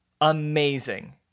amazing